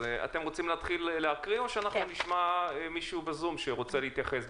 אז אתם רוצים להתחיל להקריא או שאנחנו נשמע מישהו בזום שרוצה להתייחס?